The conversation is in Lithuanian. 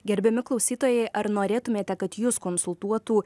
gerbiami klausytojai ar norėtumėte kad jus konsultuotų